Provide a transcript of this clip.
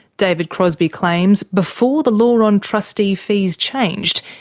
david crosbie claims before the law on trustee fees changed,